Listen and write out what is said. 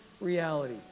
reality